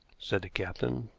said the captain.